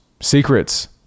secrets